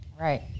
Right